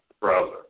browser